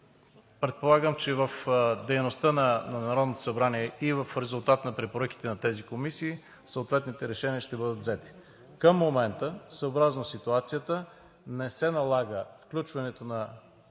Предполагам, че в дейността на Народното събрание и в резултат на препоръките на тези комисии съответните решения ще бъдат взети. Към момента съобразно ситуацията не се налага включването на